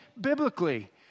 biblically